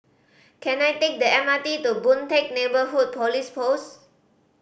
can I take the M R T to Boon Teck Neighbourhood Police Post